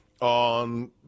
on